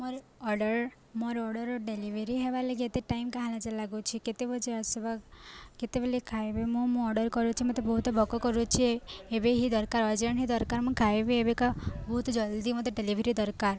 ମୋର ଅର୍ଡ଼ର୍ ମୋର order delivery ହେବାର୍ ଲାଗି ଏତେ ଟାଇମ୍ କାଁ ହେଲା ଯେ ଲାଗୁଛି କେତେ ବଜେ ଆସ୍ବା କେତେବେଲେ ଖାଇବେ ମୁଁ ମୁଁ ଅର୍ଡ଼ର୍ କରୁଛି ମତେ ବହୁତ ଭୋକ କରୁଛି ଏବେ ହିଁ ଦରକାର ଅର୍ଜେଣ୍ଟ ହିଁ ଦରକାର ମୁଁ ଖାଇବି ଏବେକା ବହୁତ ଜଲ୍ଦି ମତେ ଡେଲିଭରି ଦରକାର